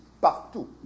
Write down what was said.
partout